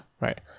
right